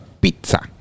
Pizza